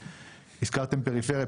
הזכרתם את הפריפריה,